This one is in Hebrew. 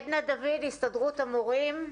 עדנה דוד, הסתדרות המורים.